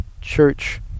church